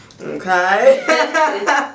okay